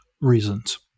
reasons